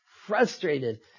frustrated